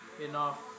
enough